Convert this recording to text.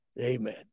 Amen